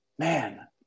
Man